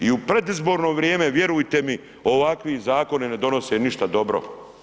I u predizborno vrijeme vjerujte mi ovakvi zakoni ne donose ništa dobro.